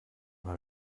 mal